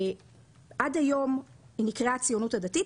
עד היום היא נקראה הציונות הדתית,